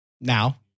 now